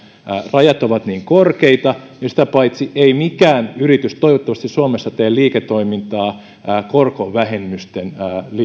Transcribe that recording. rajat ovat niin korkeita ja sitä paitsi ei mikään yritys toivottavasti suomessa tee liiketoimintaa korkovähennysten